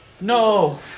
No